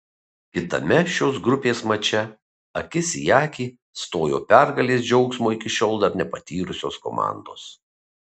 kitame šios grupės mače akis į akį stojo pergalės džiaugsmo iki šiol dar nepatyrusios komandos